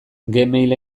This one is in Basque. gmail